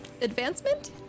advancement